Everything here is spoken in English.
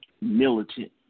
militant